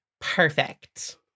Perfect